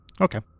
Okay